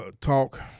talk